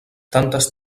tantes